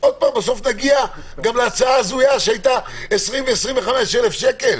בסוף נגיע להצעה הזויה על גובה קנס של 20,000 25,000 שקל,